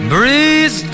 Breeze